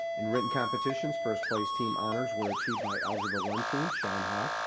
in written competitions, first place team honors were achieved by algebra one team shawn hawk,